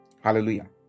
Hallelujah